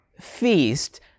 feast